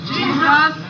Jesus